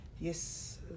yes